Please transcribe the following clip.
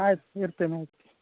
ಆಯ್ತು ಇರ್ತೇನೆ ಆಯ್ತು